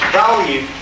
value